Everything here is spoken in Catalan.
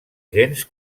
gens